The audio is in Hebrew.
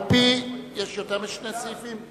יש יותר משני סעיפים?